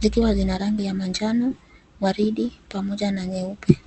zikiwa zina rangi ya manjano, waridi pamoja na nyeupe.